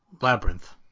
Labyrinth